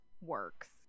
works